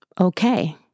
okay